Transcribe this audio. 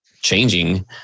changing